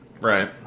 Right